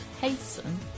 hasten